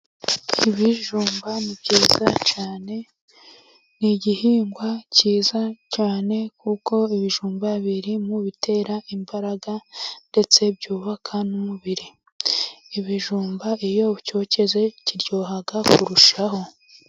ibijumba ni byiza cyane. Ni igihingwa cyiza cyane, kuko ibijumba biri mu bitera imbaraga ndetse byubaka n'umubiri. Ikijumba iyo ucyokeje kiryoha kurushaho.